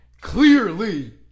Clearly